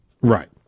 Right